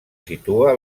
situa